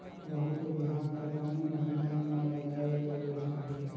गहूं के बिहान ल कोने महीना म लगाय ले बढ़िया होही?